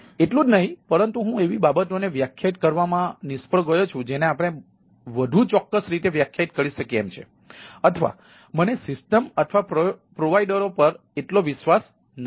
એટલું જ નહીં પરંતુ હું એવી બાબતોને વ્યાખ્યાયિત કરવામાં નિષ્ફળ ગયો છું જેને આપણે વધુ ચોક્કસરીતે વ્યાખ્યાયિત કરી શકીએ એમ છીએ અથવા મને સિસ્ટમ અથવા પ્રોવાઇડરઓ પર એટલો વિશ્વાસ નથી